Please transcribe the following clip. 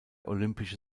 olympische